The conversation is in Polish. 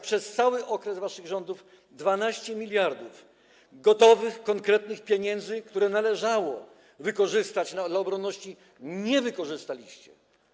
Przez cały okres waszych rządów 12 mld gotowych, konkretnych pieniędzy, które należało wykorzystać dla obronności, nie wykorzystaliście.